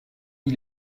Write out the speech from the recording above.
est